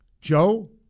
Joe